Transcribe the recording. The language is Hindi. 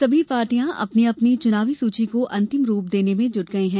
सभी पार्टियां अपने अपने चुनावी सूची को अंतिम रूप देने में जुट गये हैं